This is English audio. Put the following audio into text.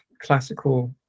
classical